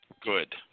good